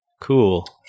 Cool